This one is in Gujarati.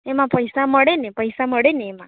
એમાં પૈસા મળેને પૈસા મળેને એમાં